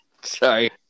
Sorry